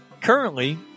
Currently